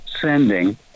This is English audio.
sending